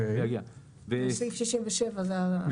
סעיף 67 אומר: